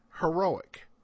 Heroic